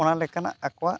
ᱚᱱᱟ ᱞᱮᱠᱟᱱᱟᱜ ᱟᱠᱚᱣᱟᱜ